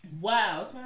Wow